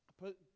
put